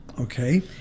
Okay